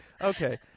Okay